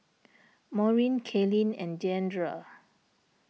Maurine Kalene and Deandre